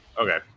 Okay